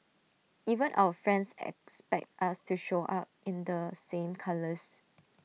even our friends expect us to show up in the same colours